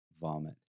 vomit